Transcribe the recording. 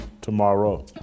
tomorrow